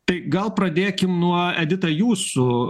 tai gal pradėkime nuo edita jūsų